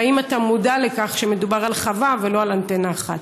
ואם אתה מודע לכך שמדובר בחווה ולא באנטנה אחת.